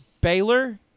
Baylor